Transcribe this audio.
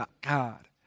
God